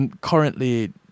currently